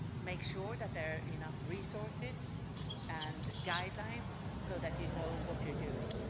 make sure that there are enough resources and guidelines so that you know what you are doing.